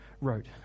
wrote